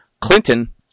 Clinton